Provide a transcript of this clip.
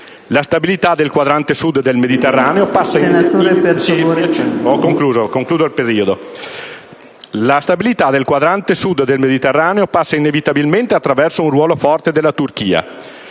La stabilità del quadrante sud del Mediterraneo passa inevitabilmente attraverso un ruolo forte della Turchia,